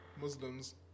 Muslims